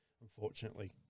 unfortunately